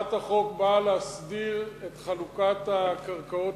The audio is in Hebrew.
הצעת החוק באה להסדיר את חלוקת הקרקעות